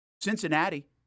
Cincinnati